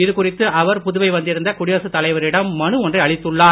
இதுகுறித்து அவர் புதுவை வந்திருந்த குடியரசு தலைவரிடம் மனு ஒன்றை அளித்துள்ளார்